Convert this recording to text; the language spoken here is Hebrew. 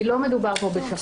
כי לא מדובר פה בשחור-לבן.